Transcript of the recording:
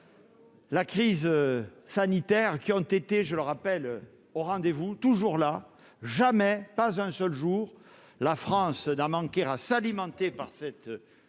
La crise sanitaire qui ont été, je le rappelle au rendez-vous, toujours là, jamais, pas un seul jour la France d'a manqué s'alimenter par cette par ces temps